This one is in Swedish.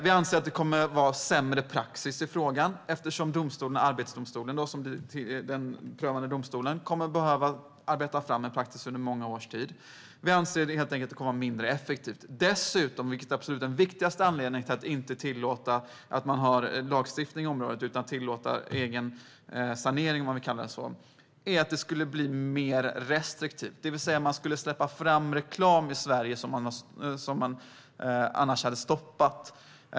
Vi anser att praxis i frågan kommer att bli sämre eftersom Arbetsdomstolen, som blir den prövande domstolen, kommer att behöva arbeta fram en praxis under många års tid. Vi anser att det helt enkelt kommer att bli mindre effektivt. Dessutom - vilket är den absolut viktigaste anledningen till att inte tillåta lagstiftning på området utan tillåta egensanering - skulle det bli mer restriktivt med lagstiftning, det vill säga att man skulle släppa fram reklam i Sverige som man annars hade stoppat.